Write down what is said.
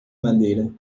madeira